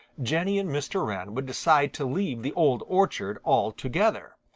jenny and mr. wren would decide to leave the old orchard altogether.